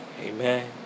Amen